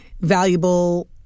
valuable